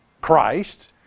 Christ